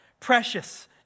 precious